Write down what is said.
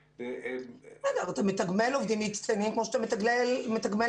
אתה מתגמל עובדים מקצועיים כמו שאתה מתגמל